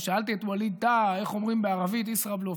ושאלתי את ווליד טאהא איך אומרים בערבית "ישראבלוף",